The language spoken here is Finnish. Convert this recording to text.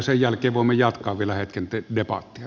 sen jälkeen voimme jatkaa vielä hetken debattia